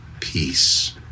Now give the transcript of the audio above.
peace